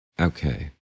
Okay